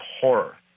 horror